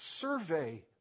Survey